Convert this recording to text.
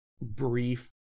brief